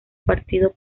partido